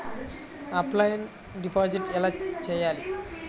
Offline deposit ఎలా చేయాలి?